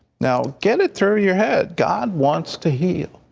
now, get it through your head, god wants to heal.